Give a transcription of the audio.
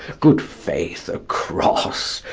good faith, across!